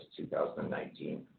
2019